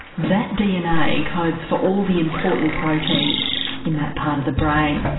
that dna codes for all the important proteins in that part of the brain.